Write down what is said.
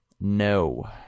No